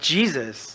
Jesus